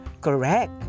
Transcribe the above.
Correct